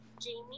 Jamie